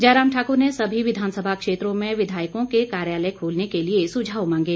जयराम ठाक्र ने सभी विधानसभा क्षेत्रों में विधायकों के कार्यालय खोलने के लिए सुझाव मांगे